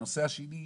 הנושא השני,